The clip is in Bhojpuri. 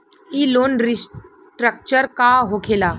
ई लोन रीस्ट्रक्चर का होखे ला?